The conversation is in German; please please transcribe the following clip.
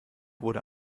wurde